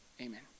amen